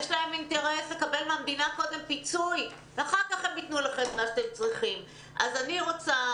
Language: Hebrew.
יש להן אינטרס לקבל מהמדינה פיצוי ואחר כך הם ייתנו --- אז אני רוצה,